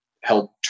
help